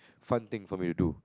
fun thing for me to do